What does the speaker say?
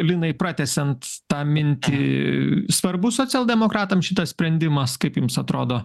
linai pratęsiant tą mintį svarbus socialdemokratam šitas sprendimas kaip jums atrodo